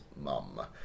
mum